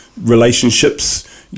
relationships